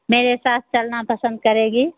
मेरे साथ चलना पसंद करेंगी